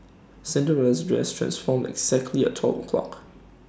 Cinderella's dress transformed exactly at twelve o'clock